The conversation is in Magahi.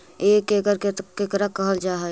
एक एकड़ केकरा कहल जा हइ?